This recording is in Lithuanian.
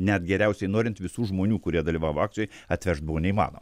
net geriausiai norint visų žmonių kurie dalyvavo akcijoj atvežt buvo neįmano